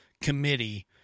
committee